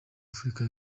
afurika